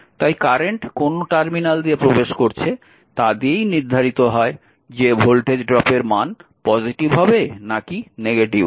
তাই কারেন্ট কোন টার্মিনাল দিয়ে প্রবেশ করছে তা দিয়েই নির্ধারিত হয় যে ভোল্টেজ ড্রপের মান পজিটিভ হবে নাকি নেগেটিভ হবে